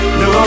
no